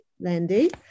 Landy